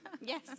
Yes